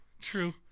True